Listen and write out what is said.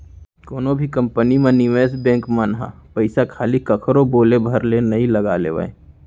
कोनो भी कंपनी म निवेस बेंक मन ह पइसा खाली कखरो बोले भर ले नइ लगा लेवय